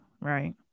right